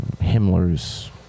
Himmler's